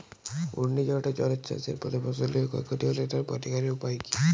ঘূর্ণিঝড় ও জলোচ্ছ্বাস এর ফলে ফসলের ক্ষয় ক্ষতি হলে তার প্রতিকারের উপায় কী?